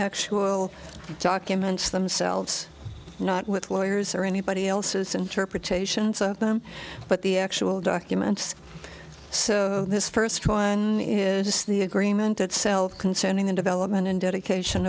actual documents themselves not with lawyers or anybody else's interpretations of them but the actual documents so this first one is the agreement itself concerning the development and dedication